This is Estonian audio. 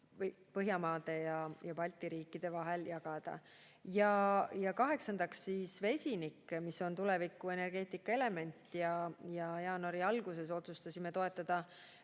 Põhjamaade ja Balti riikide vahel jagada. Kaheksandaks, vesinik, mis on tulevikuenergeetika element. Jaanuari alguses otsustasime toetada